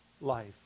life